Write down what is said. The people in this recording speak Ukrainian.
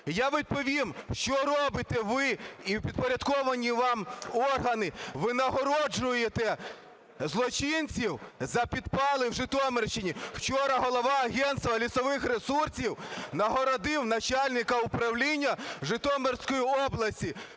Я відповім, що робите ви і підпорядковані вам органи: ви нагороджуєте злочинців за підпали в Житомирщині. Вчора голова Агентства лісових ресурсів нагородив начальника управління Житомирської області.